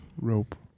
Rope